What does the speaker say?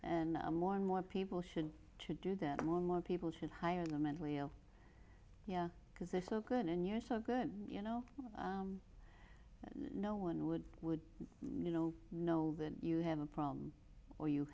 and more and more people should to do that more and more people should hire the mentally ill because they're so good and you're so good you know no one would would you know know that you have a problem or you